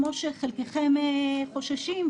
כמו שחלקכם חוששים,